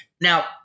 Now